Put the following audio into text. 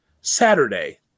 Saturday